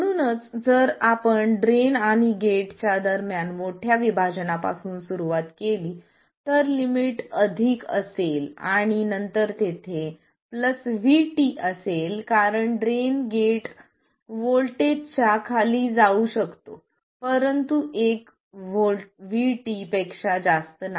म्हणूनच जर आपण ड्रेन आणि गेटच्या दरम्यान मोठ्या विभाजना पासून सुरुवात केली तर लिमिट अधिक असेल आणि नंतर तेथे प्लस VT असेल कारण ड्रेन गेट व्होल्टेजच्या खाली जाऊ शकतो परंतु एक VT पेक्षा जास्त नाही